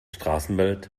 straßenbild